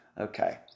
Okay